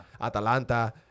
Atalanta